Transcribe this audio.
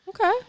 Okay